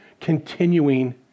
Continuing